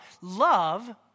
Love